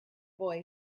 boy